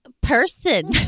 person